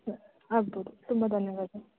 ಆಗಬಹುದು ತುಂಬ ಧನ್ಯವಾದ